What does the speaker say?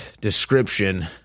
description